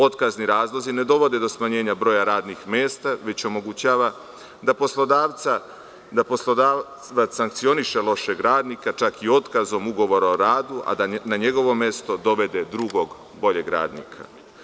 Otkazni razlozi ne dovode do smanjenja broja radnih mesta već omogućava da poslodavac sankcioniše lošeg radnika čak i otkazom ugovora o radu a da na njegovo mesto dovede drugog boljeg radnika.